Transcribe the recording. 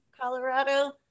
Colorado